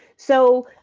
so,